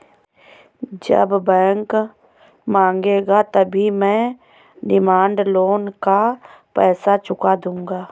जब बैंक मांगेगा तभी मैं डिमांड लोन का पैसा चुका दूंगा